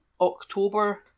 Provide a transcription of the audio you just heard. October